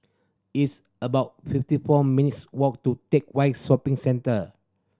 it's about fifty four minutes' walk to Teck Whye Shopping Centre